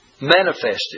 manifested